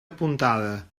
apuntada